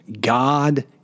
God